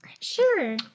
Sure